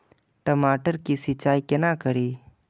टमाटर की सीचाई केना करी?